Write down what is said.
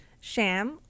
Sham